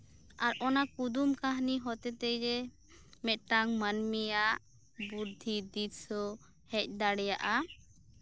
ᱟᱨ ᱚᱱᱟ ᱠᱩᱫᱩᱢ ᱠᱟᱹᱦᱱᱤ ᱦᱚᱛᱮ ᱛᱮᱜᱮ ᱢᱤᱫᱴᱟᱝ ᱢᱟᱹᱱᱢᱤᱭᱟᱜ ᱵᱩᱫᱽᱫᱷᱤ ᱫᱤᱥᱟᱹ ᱦᱮᱡ ᱫᱟᱲᱮᱭᱟᱜᱼᱟ